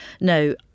no